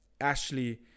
Ashley